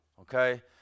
okay